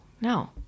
No